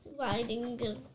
Riding